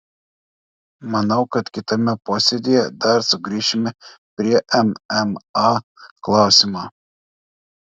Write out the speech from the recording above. manau kad kitame posėdyje dar sugrįšime prie mma klausimo